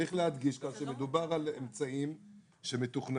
צריך להדגיש כאן שמדובר על אמצעים שמתוכננים